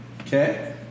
Okay